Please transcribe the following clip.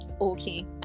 okay